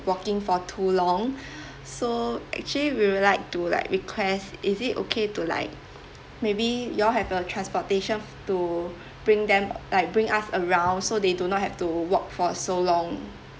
walking for too long so actually we would like to like request is it okay to like maybe you all have a transportation to bring them like bring us around so they do not have to walk for so long